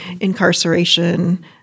incarceration